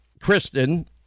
Kristen